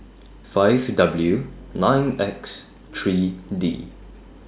five W nine X three D